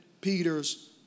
Peter's